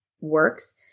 works